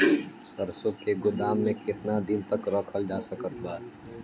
सरसों के गोदाम में केतना दिन तक रखल जा सकत बा?